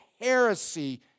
heresy